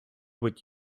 what